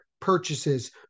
purchases